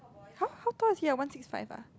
how how tall is he ah one six five ah